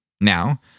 Now